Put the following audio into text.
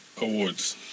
awards